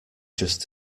just